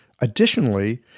Additionally